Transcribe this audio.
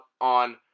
on